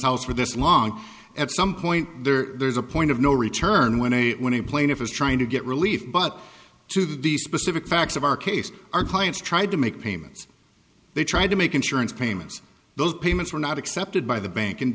house for this long at some point there's a point of no return when a plaintiff is trying to get relief but to the specific facts of our case our clients tried to make payments they tried to make insurance payments those payments were not accepted by the bank and